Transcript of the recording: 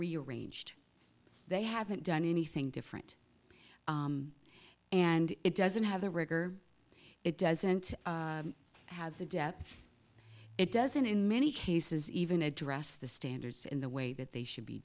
rearranged they haven't done anything different and it doesn't have the rigor it doesn't have the death it doesn't in many cases even address the standards in the way that they should be